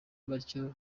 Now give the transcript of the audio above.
batyo